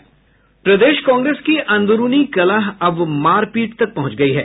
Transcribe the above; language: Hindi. प्रदेश कांग्रेस की अंदरूनी कलह अब मारपीट तक पहुंच गयी है